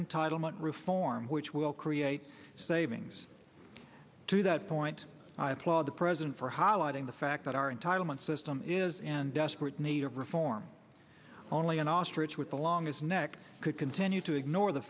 entitle not reform which will create savings to that point i applaud the president for highlighting the fact that our entitlement system is an desperate need of reform only an ostrich with a long as neck could continue to ignore the